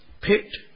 picked